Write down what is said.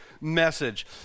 message